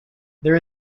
there